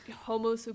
Homo